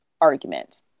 argument